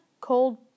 called